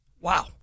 Wow